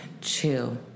chill